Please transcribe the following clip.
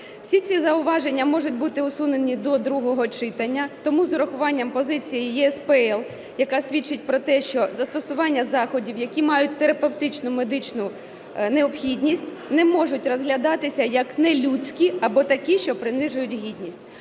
Всі ці зауваження можуть бути усунені до другого читання. Тому, з урахуванням позиції ЄСПЛ, яка свідчить про те, що застосування заходів, які мають терапевтичну медичну необхідність, не можуть розглядатися як нелюдські або такі, що принижують гідність,